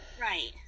Right